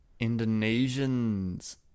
Indonesians